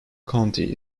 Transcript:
county